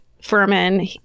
Furman